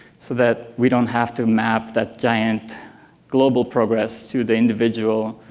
so that we don't have to map that giant global progress to the individual